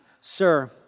Sir